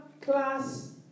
class